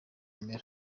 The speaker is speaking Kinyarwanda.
numero